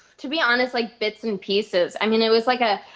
to be honest, like, bits and pieces. i mean, it was like a